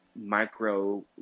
micro